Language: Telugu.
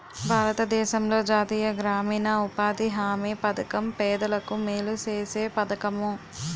భారతదేశంలో జాతీయ గ్రామీణ ఉపాధి హామీ పధకం పేదలకు మేలు సేసే పధకము